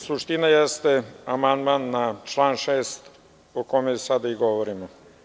Suština jeste amandman na član 6. o kome sada i govorimo.